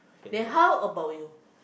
then how about you